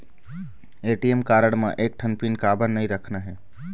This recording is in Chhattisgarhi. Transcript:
ए.टी.एम कारड म एक ठन पिन काबर नई रखना हे?